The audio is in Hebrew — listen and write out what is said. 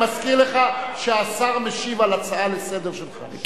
אני מזכיר לך שהשר משיב על הצעה לסדר-היום שלך.